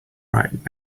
right